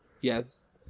Yes